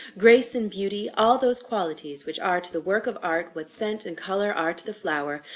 grace and beauty, all those qualities which are to the work of art what scent and colour are to the flower,